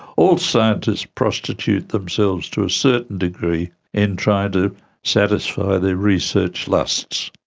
all scientists prostitute themselves to a certain degree in trying to satisfy their research lusts.